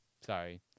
Sorry